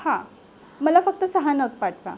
हा मला फक्त सहा नग पाठवा